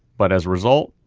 but as a result,